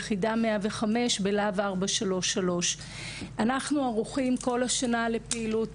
יחידה 105 בלהב 433. אנחנו ערוכים כל השנה לפעילות